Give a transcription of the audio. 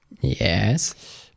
yes